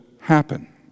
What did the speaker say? happen